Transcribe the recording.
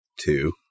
Two